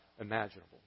imaginable